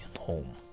home